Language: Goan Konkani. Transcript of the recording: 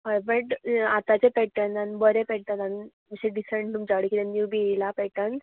हय बट आतांचे पॅटन आनी बरे पॅटनान अशे डिसंट तुमचे कडेन कितें नीव बी येयला पॅटन